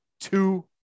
two